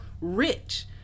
rich